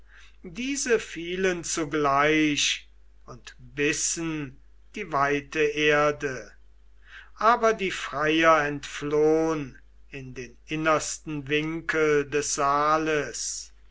diese fielen zugleich und bissen die weite erde aber die freier entflohn in den innersten winkel des saales